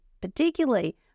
particularly